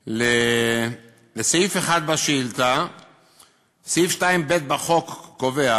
1. סעיף 2(ב) בחוק קובע